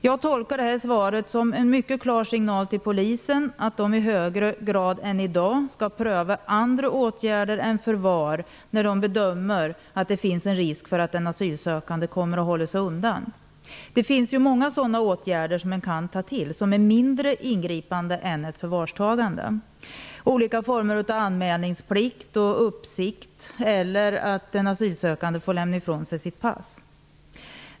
Jag tolkar svaret som en mycket klar signal till polisen att de i högre grad än i dag skall pröva andra åtgärder än förvar när de bedömer att det finns en risk för att den asylsökande kommer att hålla sig undan. Det finns många sådana åtgärder man kan ta till som är mindre ingripande än ett förvarstagande, olika former av anmälningsplikt och uppsikt eller att den asylsökande får lämna ifrån sig sitt pass.